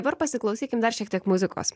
dabar pasiklausykim dar šiek tiek muzikos